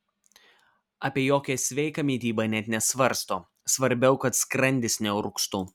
apie jokią sveiką mitybą net nesvarsto svarbiau kad skrandis neurgztų